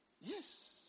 Yes